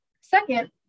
Second